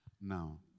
Now